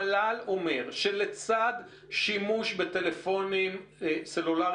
המל"ל אומר שלצד שימוש בטלפונים סלולרים